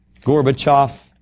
Gorbachev